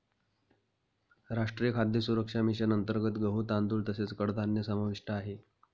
राष्ट्रीय खाद्य सुरक्षा मिशन अंतर्गत गहू, तांदूळ तसेच कडधान्य समाविष्ट आहे